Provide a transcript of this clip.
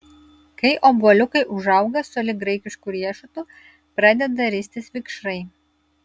kai obuoliukai užauga sulig graikišku riešutu pradeda ristis vikšrai